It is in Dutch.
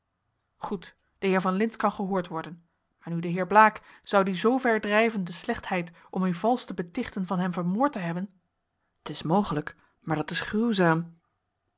goed de heer van lintz kan gehoord worden maar nu de heer blaek zou die zoover drijven de slechtheid om u valsch te betichten van hem vermoord te hebben t is mogelijk maar dat is